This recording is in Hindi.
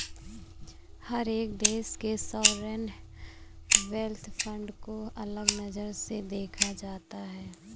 हर एक देश के सॉवरेन वेल्थ फंड को अलग नजर से देखा जाता है